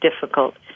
difficult